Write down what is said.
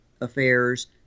affairs